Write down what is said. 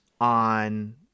on